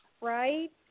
right